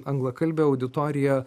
anglakalbė auditorija